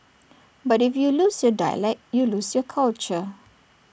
but if you lose your dialect you lose your culture